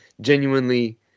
genuinely